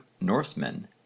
Norsemen